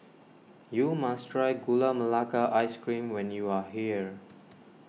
you must try Gula Melaka Ice Cream when you are here